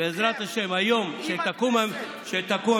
בעזרת השם היום תקום הממשלה.